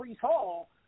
Hall